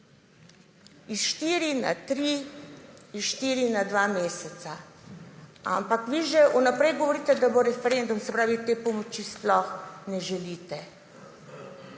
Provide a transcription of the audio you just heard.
s štiri na tri, s štiri na dva meseca. Ampak vi že vnaprej govorite, da bo referendum, se pravi te pomoči sploh ne želite.